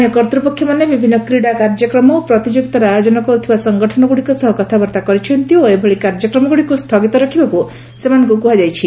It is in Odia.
ସ୍ଥାନୀୟ କର୍ତ୍ତୃପକ୍ଷମାନେ ବିଭିନ୍ନ କ୍ରୀଡ଼ା କାର୍ଯ୍ୟକ୍ରମ ଓ ପ୍ରତିଯୋଗିତାର ଆୟୋଜନ କରୁଥିବା ସଂଗଠନ ଗୁଡ଼ିକ ସହ କଥାବାର୍ତ୍ତା କରିଛନ୍ତି ଓ ଏଭଳି କାର୍ଯ୍ୟକ୍ରମଗୁଡ଼ିକୁ ସ୍ଥଗିତ ରଖିବାକୁ ସେମାନଙ୍କୁ କୁହାଯାଇଛି